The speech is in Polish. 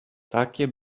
takie